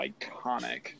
iconic